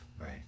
Right